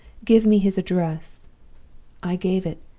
give me his address i gave it,